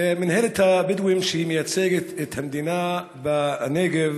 מינהלת הבדואים, שמייצגת את המדינה בנגב,